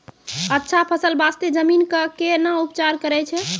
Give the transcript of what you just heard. अच्छा फसल बास्ते जमीन कऽ कै ना उपचार करैय छै